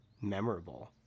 memorable